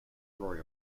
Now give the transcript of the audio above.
rory